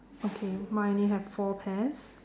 okay mine only have four pears